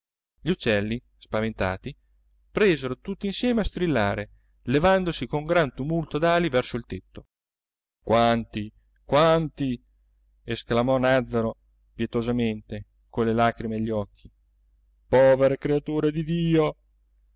gli uccelli spaventati presero tutti insieme a strillare levandosi con gran tumulto d'ali verso il tetto quanti quanti esclamò nàzzaro pietosamente con le lagrime a gli occhi povere creature di dio